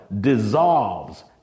dissolves